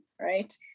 right